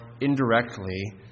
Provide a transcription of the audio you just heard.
indirectly